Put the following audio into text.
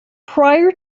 prior